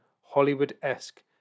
Hollywood-esque